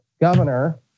governor